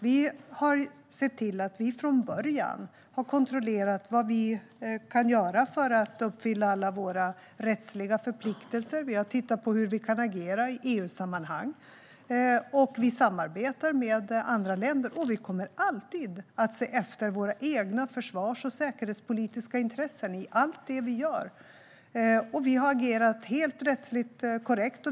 Vi har sett till att vi från början har kontrollerat vad vi kan göra för att uppfylla alla våra rättsliga förpliktelser. Vi har tittat på hur vi kan agera i EU-sammanhang. Vi samarbetar med andra länder, och vi kommer alltid att se efter våra egna försvars och säkerhetspolitiska intressen i allt det vi gör. Vi har agerat helt rättsligt korrekt.